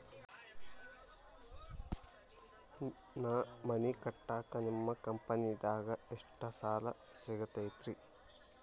ನಾ ಮನಿ ಕಟ್ಟಾಕ ನಿಮ್ಮ ಕಂಪನಿದಾಗ ಎಷ್ಟ ಸಾಲ ಸಿಗತೈತ್ರಿ?